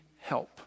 help